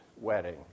wedding